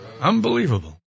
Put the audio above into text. Unbelievable